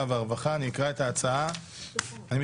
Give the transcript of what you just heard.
והרווחה אנחנו עוברים לסעיף האחרון בסדר-היום.